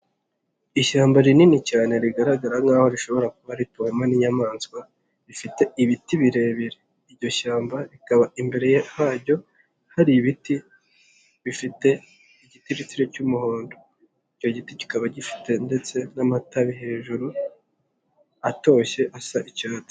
Ishyamba rinini cyane rigaragara nk'aho rishobora kuba rituwemo n'inyamaswa, rifite ibiti birebire. Iryo shyamba rikaba imbere haryo hari ibiti bifite igitiritiri cy'umuhondo. Icyo giti kikaba gifite ndetse n'amatabi hejuru atoshye asa icyatsi.